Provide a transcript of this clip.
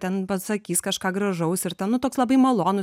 ten pasakys kažką gražaus ir ten nu toks labai malonus